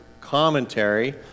commentary